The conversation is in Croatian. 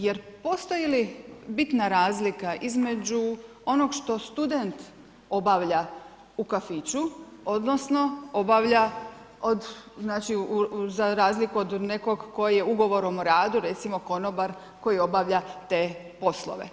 Jer postoji li bitna razlika između onog što student obavlja u kafiću, odnosno obavlja od, znači za razliku od nekog koji je ugovorom o radu recimo konobar koji obavlja te poslove.